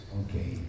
okay